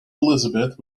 elizabeth